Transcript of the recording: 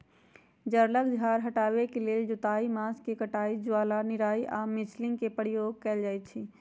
जङगल झार हटाबे के लेल जोताई, घास के कटाई, ज्वाला निराई आऽ मल्चिंग के प्रयोग कएल जाइ छइ